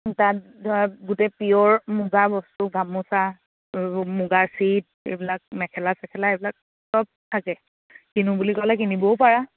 তাত ধৰা গোটেই পিয়'ৰ মুগা বস্তু গামোচা মুগাৰ চিট এইবিলাক মেখেলা চেখেলা এইবিলাক চব থাকে কিনো বুলি ক'লে কিনিবও পাৰা